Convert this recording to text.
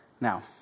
Now